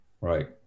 right